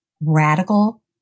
radical